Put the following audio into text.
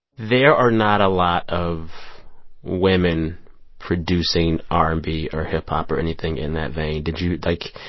there are not a lot of women producing r and b or hip-hop or anything in that vein. did you like,